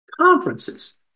conferences